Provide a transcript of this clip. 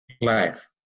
life